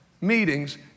meetings